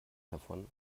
davon